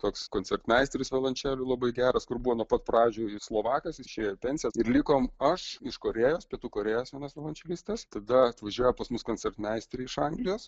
toks koncertmeisteris violončelių labai geras kur buvo nuo pat pradžių jis slovakas išėjo į pensiją ir likom aš iš korėjos pietų korėjos vienas violončelistas tada atvažiuoja pas mus koncertmeisterė iš anglijos